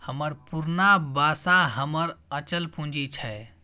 हमर पुरना बासा हमर अचल पूंजी छै